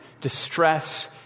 distress